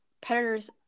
predators